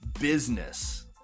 business